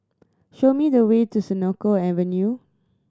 show me the way to Senoko Avenue